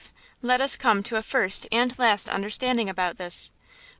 let us come to a first and last understanding about this.